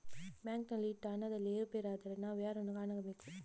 ಬ್ಯಾಂಕಿನಲ್ಲಿ ಇಟ್ಟ ಹಣದಲ್ಲಿ ಏರುಪೇರಾದರೆ ನಾವು ಯಾರನ್ನು ಕಾಣಬೇಕು?